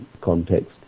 context